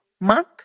month